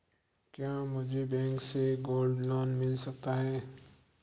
क्या मुझे बैंक से गोल्ड लोंन मिल सकता है?